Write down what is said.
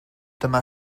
dyma